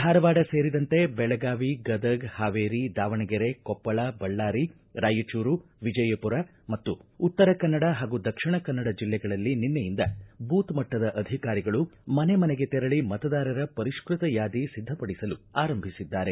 ಧಾರವಾಡ ಸೇರಿದಂತೆ ಬೆಳಗಾವಿ ಗದಗ ಪಾವೇರಿ ದಾವಣಗೆರೆ ಕೊಪ್ಪಳ ಬಳ್ಳಾರಿ ರಾಯಚೂರು ವಿಜಯಪುರ ಮತ್ತು ಉತ್ತರ ಕನ್ನಡ ಹಾಗೂ ದಕ್ಷಿಣ ಕನ್ನಡ ಜಿಲ್ಲೆಗಳಲ್ಲಿ ನಿನ್ನೆಯಿಂದ ಬೂತ್ ಮಟ್ಟದ ಅಧಿಕಾರಿಗಳು ಮನೆ ಮನೆಗೆ ತೆರಳಿ ಮತದಾರರ ಪರಿಷ್ಟತ ಯಾದಿ ಸಿದ್ದಪಡಿಸಲು ಆರಂಭಿಸಿದ್ದಾರೆ